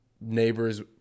Neighbors